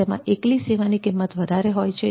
તેમાં એકલી સેવાની કિંમત વધારે હોય છે